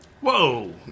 Whoa